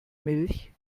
milch